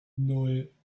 nan